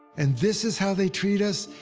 and this is how they treat us?